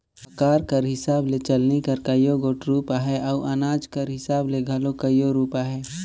अकार कर हिसाब ले चलनी कर कइयो गोट रूप अहे अउ अनाज कर हिसाब ले घलो कइयो रूप अहे